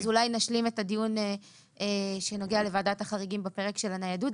אז אולי נשלים את הדיון שנוגע לוועדת החריגים בפרק של הניידות.